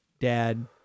dad